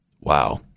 Wow